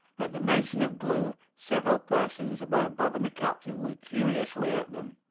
at the mention of glue several persons about bob and the captain looked curiously at them.